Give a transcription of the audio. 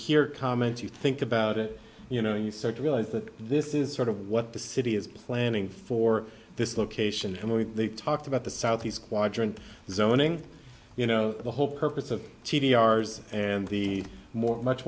hear comments you think about it you know you start to realize that this is sort of what the city is planning for this location and we talked about the southeast quadrant zoning you know the whole purpose of t v ours and the more much